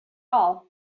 all